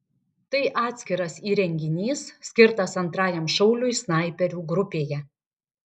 tai atskiras įrenginys skirtas antrajam šauliui snaiperių grupėje